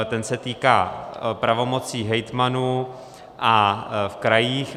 Ten se týká pravomocí hejtmanů v krajích.